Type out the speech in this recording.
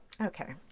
Okay